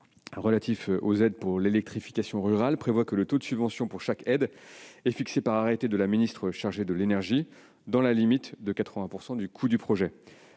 relatif aux aides pour l'électrification rurale prévoit que le taux de subvention pour chaque aide est fixé par arrêté de la ministre chargée de l'énergie, dans la limite de 80 % du coût du projet.